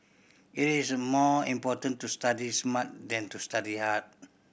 it is more important to study smart than to study hard